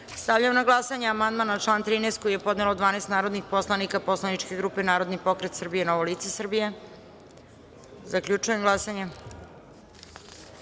na glasanje amandman na član 13. koji je podnelo 12 narodnih poslanika poslaničke grupe Narodni pokret Srbije i Novo lice Srbije. Zaključujem glasanje: